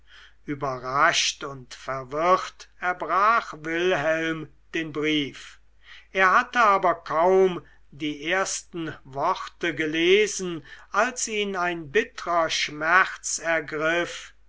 überrascht und verwirrt erbrach wilhelm den brief er hatte aber kaum die ersten worte gelesen als ihn ein bittrer schmerz ergriff